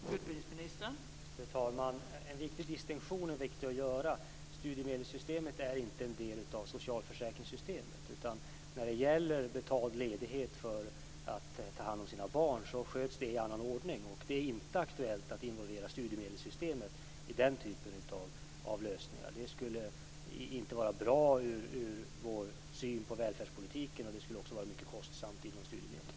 Fru talman! En väsentlig distinktion är viktig att göra. Studiemedelssystemet är inte en del av socialförsäkringssystemet. När det gäller betald ledighet för att ta hand om sina barn sköts det i annan ordning. Det är inte aktuellt att involvera studiemedelssystemet i den typen av lösningar. Det skulle inte vara bra med tanke på välfärdspolitiken och det skulle också vara mycket kostsamt för studiemedelssystemet.